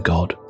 God